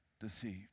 deceived